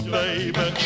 baby